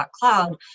Cloud